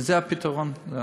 וזה הפתרון.